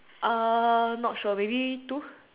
uh not sure maybe two